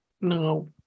No